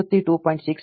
ಆವೃತ್ತಿ 2